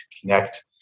connect